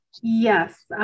Yes